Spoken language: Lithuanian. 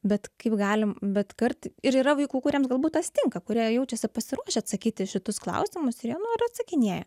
bet kaip galim bet kart ir yra vaikų kuriam galbūt tas tinka kurie jaučiasi pasiruošę atsakyti į šitus klausimusir jie nu ir atsakinėja